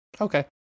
okay